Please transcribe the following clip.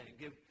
give